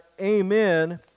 Amen